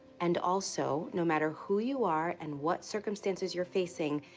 and, also, no matter who you are and what circumstances you're facing,